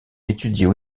étudiait